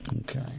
okay